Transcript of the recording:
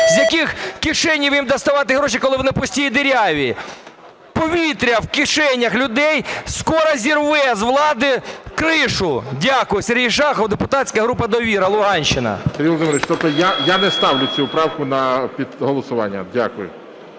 З яких кишень їм доставати гроші, коли вони пусті і диряві, "повітря" в кишенях людей скоро зірве з влади кришу. Дякую. Сергій Шахов, депутатська група "Довіра", Луганщина. ГОЛОВУЮЧИЙ. Сергій Володимирович, тобто я не ставлю цю правку на голосування? Дякую.